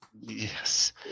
Yes